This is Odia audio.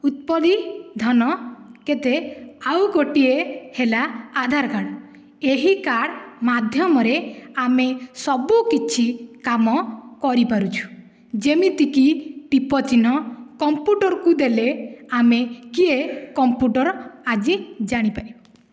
ଉତ୍ପାଦ ଧନ କେତେ ଆଉ ଗୋଟିଏ ହେଲା ଆଧାର କାର୍ଡ଼ ଏହି କାର୍ଡ଼ ମାଧ୍ୟମରେ ଆମେ ସବୁକିଛି କାମ କରିପାରୁଛୁ ଯେମିତିକି ଟିପ ଚିହ୍ନ କମ୍ପୁଟରକୁ ଦେଲେ ଆମେ କିଏ କମ୍ପୁଟର ଆଜି ଜାଣି ପାରିବ